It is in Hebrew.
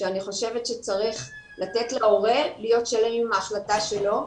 שאני חושבת שצריך לתת להורה להיות שלם עם ההחלטה שלו,